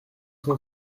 cent